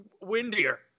windier